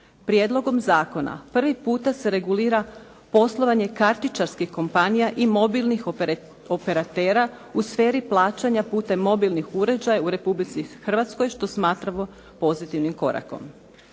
Prijedlogom zakona prvi puta se regulira poslovanje kartičarskih kompanija i mobilnih operatera u sferi plaćanja putem mobilnih uređaja u Republici Hrvatskoj što smatramo pozitivnim korakom.